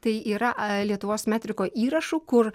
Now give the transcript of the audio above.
tai yra a lietuvos metriko įrašų kur